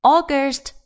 August